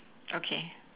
okay